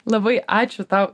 labai ačiū tau